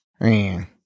Man